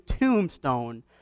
tombstone